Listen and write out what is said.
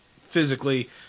physically